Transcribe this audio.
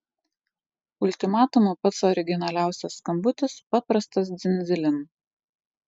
ultimatumu pats originaliausias skambutis paprastas dzin dzilin